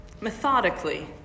Methodically